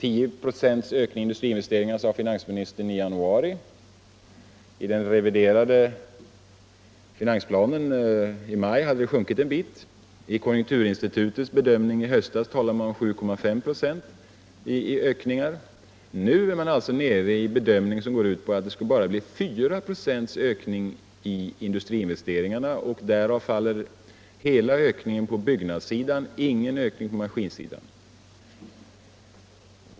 I januari sade finansministern att ökningen troligen skulle bli 10 94, i den reviderade finansplanen i maj hade det procenttalet sjunkit, i konjunkturinstitutets bedömning i höstas talade man om en ökning på 7,5 96, och nu är man nere vid den bedömningen att det bara skulle bli 4 96 ökning av industriinvesteringarna — och därav faller hela ökningen på byggnadssidan, det blir ingen ökning på maskinsidan.